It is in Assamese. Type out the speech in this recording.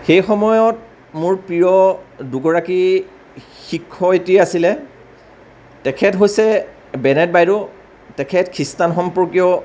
সেই সময়ত মোৰ প্ৰিয় দুগৰাকী শিক্ষয়িত্ৰী আছিলে তেখেত হৈছে বেনেড বাইদেউ তেখেত খ্ৰীষ্টান সম্পৰ্কীয়